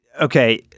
Okay